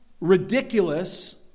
ridiculous